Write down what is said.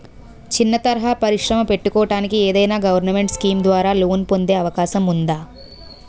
చిన్న తరహా పరిశ్రమ పెట్టుకోటానికి ఏదైనా గవర్నమెంట్ స్కీం ద్వారా లోన్ పొందే అవకాశం ఉందా?